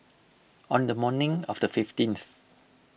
on the morning of the fifteenth